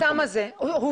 החסם הזה הובן.